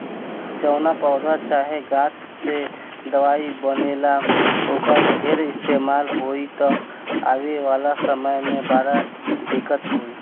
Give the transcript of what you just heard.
जवना पौधा चाहे गाछ से दवाई बनेला, ओकर ढेर इस्तेमाल होई त आवे वाला समय में बड़ा दिक्कत होई